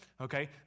Okay